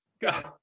God